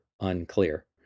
unclear